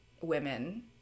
women